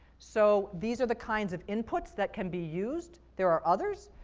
so these are the kinds of inputs that can be used. there are others,